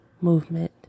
movement